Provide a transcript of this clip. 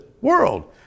world